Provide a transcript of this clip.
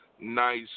nice